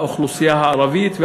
לאוכלוסייה הערבית,